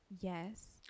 Yes